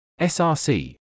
src